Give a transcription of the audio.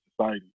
society